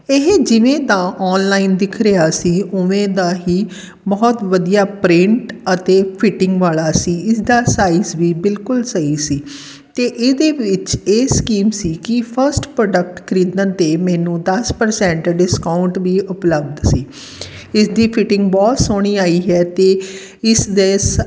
ਇਹ ਜਿਵੇਂ ਦਾ ਔਨਲਾਈਨ ਦਿਖ ਰਿਹਾ ਸੀ ਉਵੇਂ ਦਾ ਹੀ ਬਹੁਤ ਵਧੀਆ ਪ੍ਰਿੰਟ ਅਤੇ ਫਿਟਿੰਗ ਵਾਲਾ ਸੀ ਇਸਦਾ ਸਾਈਜ਼ ਵੀ ਬਿਲਕੁਲ ਸਹੀ ਸੀ ਅਤੇ ਇਹਦੇ ਵਿੱਚ ਇਹ ਸਕੀਮ ਸੀ ਕਿ ਫਸਟ ਪ੍ਰੋਡਕਟ ਖਰੀਦਣ 'ਤੇ ਮੈਨੂੰ ਦਸ ਪ੍ਰਸੈਂਟ ਡਿਸਕਾਊਂਟ ਵੀ ਉਪਲਬਧ ਸੀ ਇਸ ਦੀ ਫਿਟਿੰਗ ਬਹੁਤ ਸੋਹਣੀ ਆਈ ਹੈ ਅਤੇ ਇਸ ਦੇ ਸ